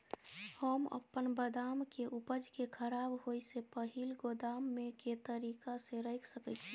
हम अपन बदाम के उपज के खराब होय से पहिल गोदाम में के तरीका से रैख सके छी?